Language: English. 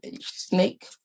snake